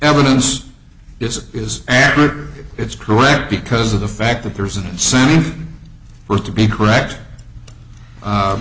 evidence is it is accurate it's correct because of the fact that there's an incentive for to be correct